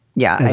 yeah.